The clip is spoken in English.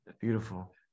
beautiful